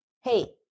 hey